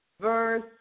verse